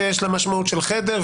שיש לה משמעות של חדר.